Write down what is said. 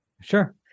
Sure